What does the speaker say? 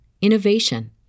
innovation